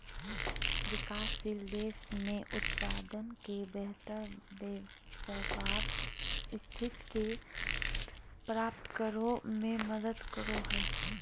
विकासशील देश में उत्पाद के बेहतर व्यापार स्थिति के प्राप्त करो में मदद करो हइ